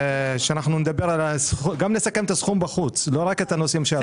גם נסכם את הסכום בחוץ ולא רק את הנושאים שעלו כאן.